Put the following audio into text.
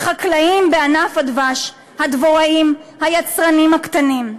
החקלאים בענף הדבש, הדבוראים, היצרנים הקטנים.